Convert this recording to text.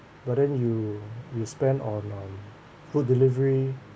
but then you will spend on like food delivery